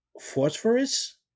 Phosphorus